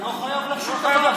הוא לא חייב לך שום דבר,